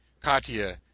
Katya